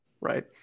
right